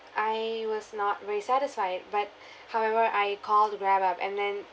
I was not very satisfied but however I called grab up and then